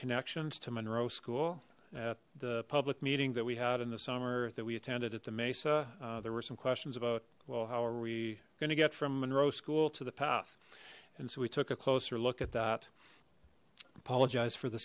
connections to monroe school at the public meeting that we had in the summer that we attended at the mesa there were some questions about well how are we going to get from monroe school to the path and so we took a closer look at that apologize for the